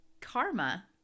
karma